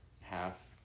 half